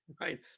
right